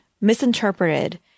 misinterpreted